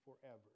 forever